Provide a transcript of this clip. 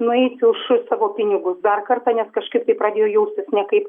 nueisiu už savo pinigus dar kartą nes kažkaip tai pradėjo jaustis nekaip